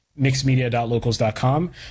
mixedmedia.locals.com